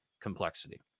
complexity